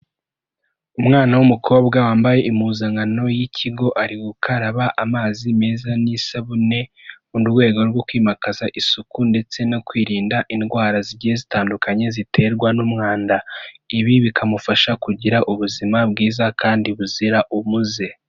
Umwana w'umukobwa wambaye impuzankano y'ikigo, ari gukaraba amazi meza n'isabune mu rwego rwo kwimakaza isuku ndetse no kwirinda indwara zigiye zitandukanye ziterwa n'umwanda, ibi bikamufasha kugira ubuzima bwiza kandi buzira umuze.